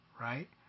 right